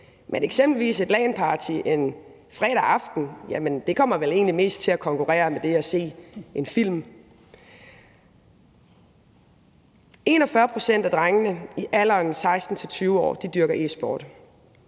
men eksempelvis et LAN-party en fredag aften er vel noget, der egentlig mest kommer til at konkurrere med det at se en film. 41 pct. af drengene i alderen 16-20 år dyrker e-sport.